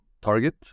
target